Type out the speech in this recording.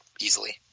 easily